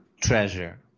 treasure